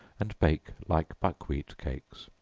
and bake like buckwheat cakes.